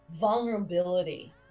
vulnerability